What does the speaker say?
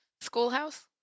Schoolhouse